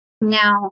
Now